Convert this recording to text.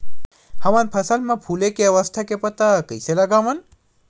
हमन फसल मा फुले के अवस्था के पता कइसे लगावन?